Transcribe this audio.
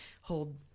hold